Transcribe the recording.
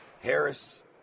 Harris